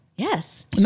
Yes